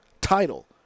title